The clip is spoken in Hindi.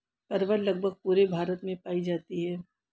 परवल लगभग पूरे भारत में पाई जाती है